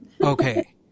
Okay